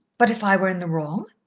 but if i were in the wrong?